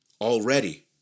already